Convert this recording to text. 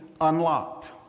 unlocked